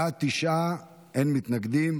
בעד, תשעה, אין מתנגדים.